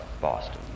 Boston